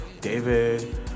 David